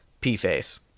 P-Face